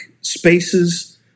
spaces